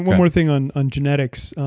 more thing on on genetics,